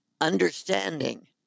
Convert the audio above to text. understanding